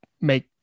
Make